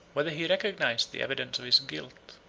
whether he recognized the evidence of his guilt.